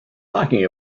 talking